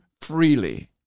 freely